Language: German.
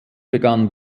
begann